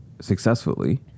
successfully